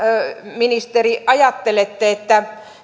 ministeri ajattelette että